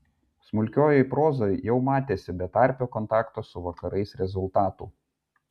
smulkiojoj prozoj jau matėsi betarpio kontakto su vakarais rezultatų